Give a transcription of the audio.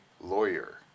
lawyer